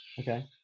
Okay